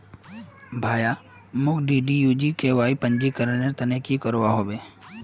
भाया, मोक डीडीयू जीकेवाईर पंजीकरनेर त न की करवा ह बे